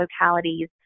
localities